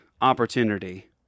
opportunity